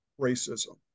racism